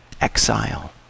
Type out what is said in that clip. exile